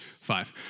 Five